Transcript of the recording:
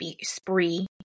spree